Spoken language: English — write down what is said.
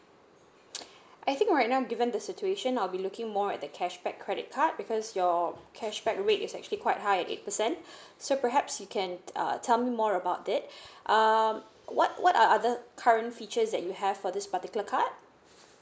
I think right now given the situation I'll be looking more at the cashback credit card because your cashback rate is actually quite high at eight percent so perhaps you can uh tell me more about it um what what are other current features that you have for this particular card